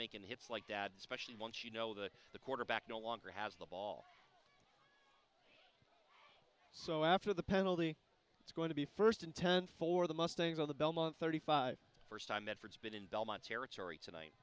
making hits like dad specially once you know that the quarterback no longer has the ball so after the penalty it's going to be first in ten for the mustangs of the belmont thirty five first time ever it's been in belmont territory tonight